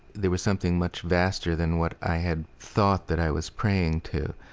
there was something much vaster than what i had thought that i was praying to.